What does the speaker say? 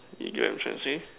you get what I'm trying to say